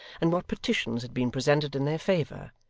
and what petitions had been presented in their favour,